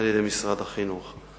על-ידי משרד החינוך.